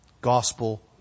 gospel